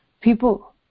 People